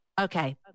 Okay